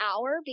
hour